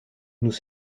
nous